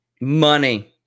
Money